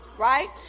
right